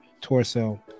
torso